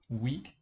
week